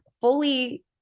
fully